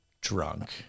drunk